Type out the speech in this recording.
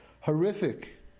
horrific